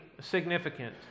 significant